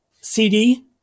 CD